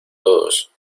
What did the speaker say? todos